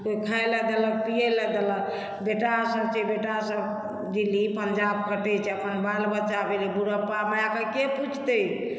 तऽ खाइ लेल देलक पियैलेल देलक बेटासभ छै बेटासभ दिल्ली पंजाब खटैत छै अपन बाल बच्चा भेलै बुढ़ापामे मायकेँ के पुछतै